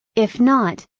if not,